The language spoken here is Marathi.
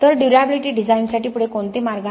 तर ड्युर्याबिलिटी डिझाइनसाठी पुढे कोणते मार्ग आहेत